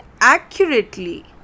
accurately